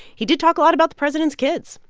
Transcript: he did talk a lot about the president's kids.